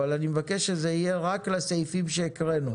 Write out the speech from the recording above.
אבל אני מבקש שזה יהיה רק לסעיפים שהקראנו.